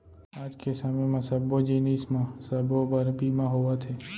आज के समे म सब्बो जिनिस म सबो बर बीमा होवथे